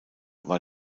war